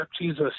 jesus